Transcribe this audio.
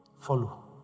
Follow